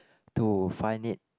to find it